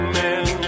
men